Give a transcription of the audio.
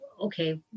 okay